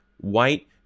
white